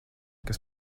kas